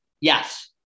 Yes